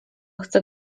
chcę